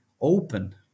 open